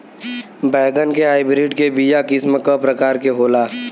बैगन के हाइब्रिड के बीया किस्म क प्रकार के होला?